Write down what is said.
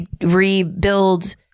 rebuild